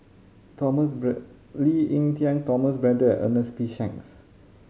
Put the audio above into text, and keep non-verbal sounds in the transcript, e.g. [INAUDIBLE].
Thomas [UNINTELLIGIBLE] Lee Ek Tieng Thomas Braddell and Ernest P Shanks